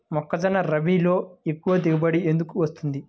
మొక్కజొన్న రబీలో ఎక్కువ దిగుబడి ఎందుకు వస్తుంది?